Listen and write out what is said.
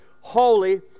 holy